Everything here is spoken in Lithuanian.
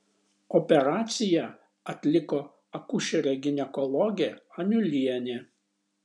operaciją atliko akušerė ginekologė aniulienė